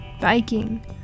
biking